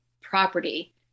property